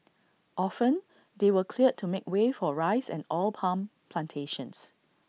often they were cleared to make way for rice and oil palm Plantations